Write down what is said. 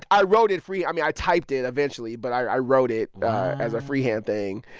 i wrote it free. i mean, i typed it eventually, but i wrote it as a free-hand thing.